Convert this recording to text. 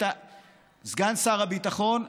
סגן שר הביטחון,